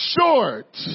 short